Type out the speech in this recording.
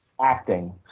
acting